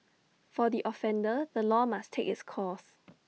for the offender the law must take its course